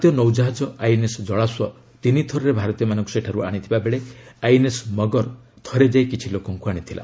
ଭାରତୀୟ ନୌକାହାକ ଆଇଏନ୍ଏସ୍ ଜଳାଶ୍ୱ ତିନିଥରରେ ଭାରତୀୟମାନଙ୍କୁ ସେଠାରୁ ଆଶିଥିବା ବେଳେ ଆଇଏନ୍ଏସ୍ ମଗର ଥରେ ଯାଇ କିଛି ଲୋକଙ୍କୁ ଆଣିଥିଲା